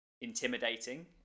intimidating